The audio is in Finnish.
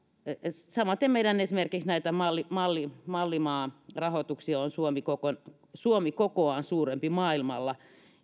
samaten näitä meidän mallimaarahoituksia on esimerkiksi suomi kokoaan suurempi maailmalla